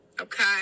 Okay